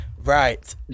Right